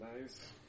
nice